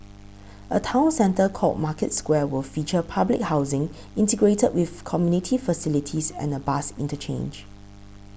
a town centre called Market Square will feature public housing integrated with community facilities and a bus interchange